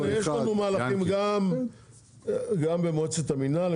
לא משנה, יש לנו מהלכים גם במועצת המינהל.